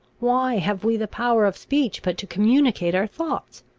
why have we the power of speech, but to communicate our thoughts?